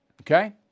Okay